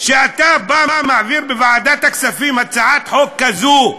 כשאתה בא, מעביר בוועדת הכספים הצעת חוק כזו,